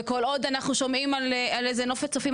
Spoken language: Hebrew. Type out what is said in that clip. וכל עוד אנחנו שומעים על איזה נופת צופים,